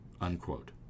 unquote